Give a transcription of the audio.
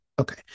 Okay